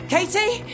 Katie